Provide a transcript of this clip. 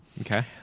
Okay